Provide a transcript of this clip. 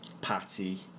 Patty